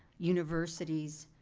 universities,